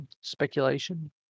speculation